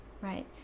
right